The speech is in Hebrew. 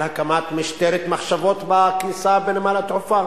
הקמת משטרת מחשבות בכניסה בנמל התעופה: